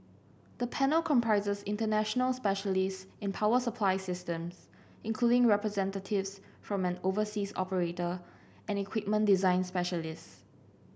the panel comprises international specialist in power supply system including representatives from an overseas operator and equipment design specialist